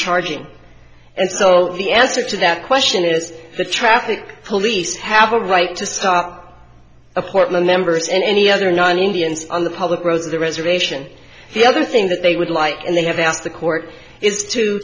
charging and so the answer to that question is the traffic police have a right to stop a portland members and any other nine indians on the public roads the reservation the other thing that they would like and they have asked the court is to